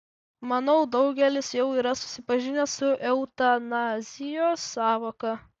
manau daugelis jau yra susipažinę su eutanazijos sąvoka